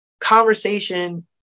conversation